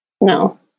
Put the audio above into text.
No